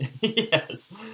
Yes